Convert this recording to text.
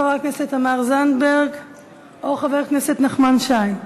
חברת הכנסת תמר זנדברג או חבר הכנסת נחמן שי.